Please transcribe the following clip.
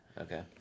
Okay